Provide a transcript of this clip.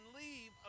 leave